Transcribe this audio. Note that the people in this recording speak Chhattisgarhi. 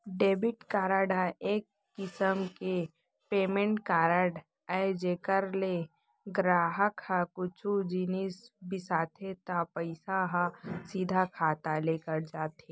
डेबिट कारड ह एक किसम के पेमेंट कारड अय जेकर ले गराहक ह कुछु जिनिस बिसाथे त पइसा ह सीधा खाता ले कट जाथे